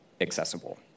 accessible